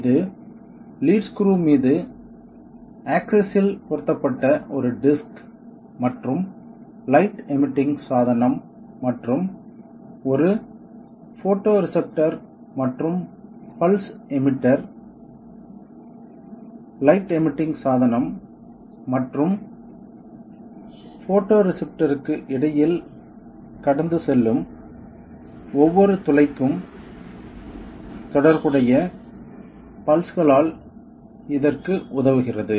இது lead screw மீது axis இல் பொருத்தப்பட்ட ஒரு டிஸ்க் மற்றும் லைட் எமிட்டிங் சாதனம் மற்றும் ஒரு போட்டோரிஸப்ட்டர் மற்றும் பல்ஸ் எமிட்டர் லைட் எமிட்டிங் சாதனம் மற்றும் போட்டோரிஸப்ட்டர்க்கு இடையில் கடந்து செல்லும் ஒவ்வொரு துளைக்கும் தொடர்புடைய பல்ஸ்களால் இதற்கு உதவுகிறது